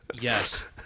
yes